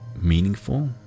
meaningful